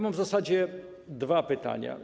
Mam w zasadzie dwa pytania.